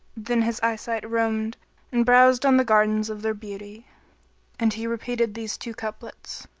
then his eye-sight roamed and browsed on the gardens of their beauty and he repeated these two couplets,